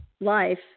life